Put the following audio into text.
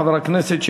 חבר הכנסת דב חנין,